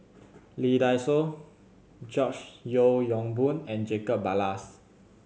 Lee Dai Soh George Yeo Yong Boon and Jacob Ballas